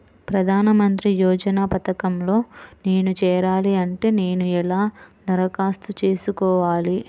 ప్రధాన మంత్రి యోజన పథకంలో నేను చేరాలి అంటే నేను ఎలా దరఖాస్తు చేసుకోవాలి?